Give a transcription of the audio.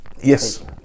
Yes